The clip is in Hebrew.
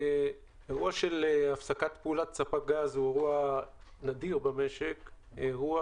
אירוע של הפסקת פעולת ספק גז הוא אירוע נדיר במשק שבו